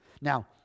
Now